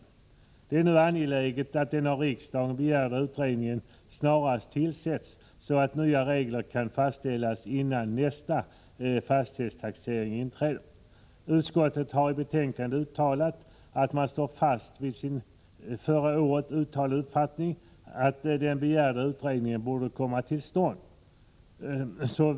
Det är nu angeläget att den av riksdagen begärda utredningen snarast tillsätts, så att nya regler kan fastställas innan nästa fastighetstaxering inträder. Utskottet har i betänkandet uttalat att man står fast vid sin förra året uttalade uppfattning att den begärda utredningen borde komma till stånd.